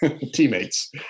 Teammates